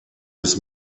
des